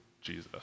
Jesus